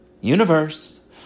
Universe